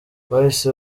bahise